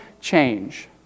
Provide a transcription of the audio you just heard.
change